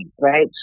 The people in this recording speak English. right